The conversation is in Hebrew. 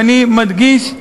ואני מדגיש: